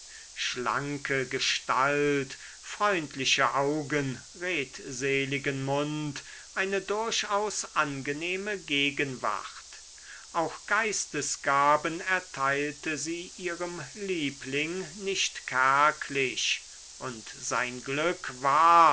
schlanke gestalt freundliche augen redseligen mund eine durchaus angenehme gegenwart auch geistesgaben erteilte sie ihrem liebling nicht kärglich und sein glück war